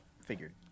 figured